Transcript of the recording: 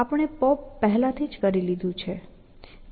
આપણે પોપ પહેલાથી જ કરી લીધું છે